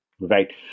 right